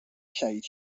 شهید